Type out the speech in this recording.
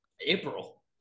April